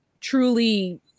truly